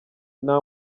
nta